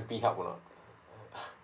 M P help or not err